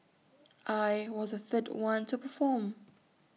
I was the third one to perform